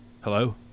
Hello